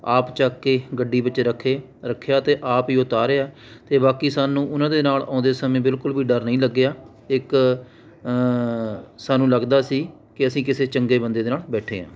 ਆਪ ਚੱਕ ਕੇ ਗੱਡੀ ਵਿੱਚ ਰੱਖੇ ਰੱਖਿਆ ਅਤੇ ਆਪ ਹੀ ਉਤਾਰਿਆ ਅਤੇ ਬਾਕੀ ਸਾਨੂੰ ਉਹਨਾਂ ਦੇ ਨਾਲ ਆਉਂਦੇ ਸਮੇਂ ਬਿਲਕੁਲ ਵੀ ਡਰ ਨਹੀਂ ਲੱਗਿਆ ਇੱਕ ਸਾਨੂੰ ਲੱਗਦਾ ਸੀ ਕਿ ਅਸੀਂ ਕਿਸੇ ਚੰਗੇ ਬੰਦੇ ਦੇ ਨਾਲ ਬੈਠੇ ਹਾਂ